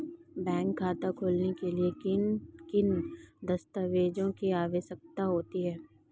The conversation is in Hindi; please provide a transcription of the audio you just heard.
बैंक खाता खोलने के लिए किन दस्तावेज़ों की आवश्यकता होती है?